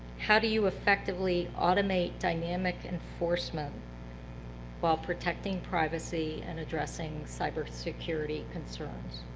how do you effectively automate dynamic enforcement while protecting privacy and addressing cybersecurity concerns?